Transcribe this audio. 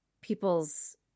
people's